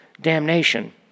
damnation